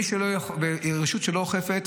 רשות שלא אוכפת,